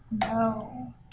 No